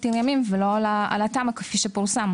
עיר ימים ולא על התמ"א כפי שפורסם.